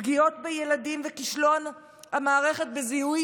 פגיעות בילדים וכישלון המערכת בזיהוי